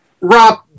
rob